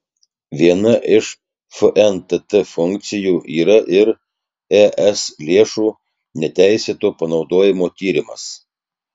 viena iš fntt funkcijų yra ir es lėšų neteisėto panaudojimo tyrimas